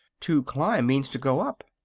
to climb means to go up.